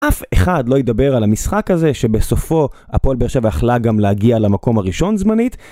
אף אחד לא ידבר על המשחק הזה שבסופו הפועל באר-שבע יכלה גם להגיע למקום הראשון זמנית